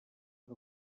per